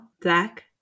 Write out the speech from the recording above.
Black